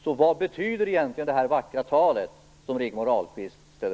Så vad betyder egentligen Rigmor Ahlstedts vackra tal?